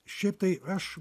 šiaip tai aš